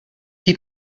die